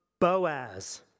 Boaz